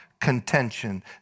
contention